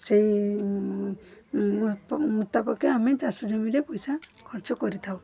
ସେହି ମୁତାବକ ଆମେ ଚାଷ ଜମିରେ ପଇସା ଖର୍ଚ୍ଚ କରିଥାଉ